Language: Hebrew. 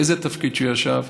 באיזה תפקיד שהוא ישב,